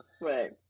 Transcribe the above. Right